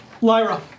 Lyra